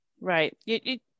Right